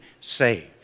saved